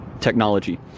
Technology